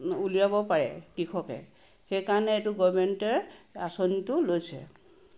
উলিয়াব পাৰে কৃষকে সেইকাৰণে এইটো গভৰ্ণেমেণ্টে আঁচনিটো লৈছে